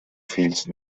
fills